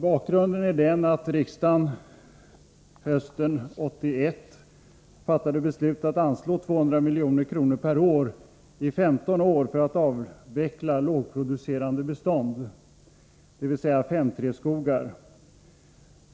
Bakgrunden är att riksdagen hösten 1981 fattade beslut om att anslå 200 milj.kr. per år i 15 år för att avveckla lågproducerande bestånd, nämligen 5:3-skogar.